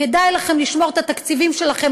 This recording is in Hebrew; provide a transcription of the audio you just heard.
כדאי לכם לשמור את התקציבים שלכם